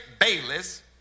Bayless